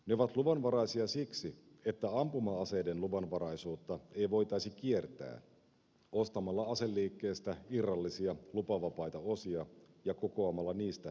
ne ovat luvanvaraisia siksi että ampuma aseiden luvanvaraisuutta ei voitaisi kiertää ostamalla aseliikkeestä irrallisia lupavapaita osia ja kokoamalla niistä toimiva ase